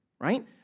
right